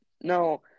no